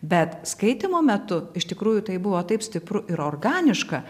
bet skaitymo metu iš tikrųjų tai buvo taip stipru ir organiška